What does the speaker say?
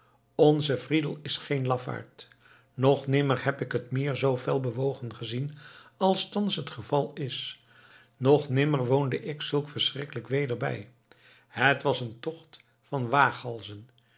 onze friedel is geen lafaard nog nimmer heb ik het meer zoo fel bewogen gezien als thans het geval is nog nimmer woonde ik zulk verschrikkelijk weder bij het was een tocht van waaghalzen